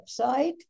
website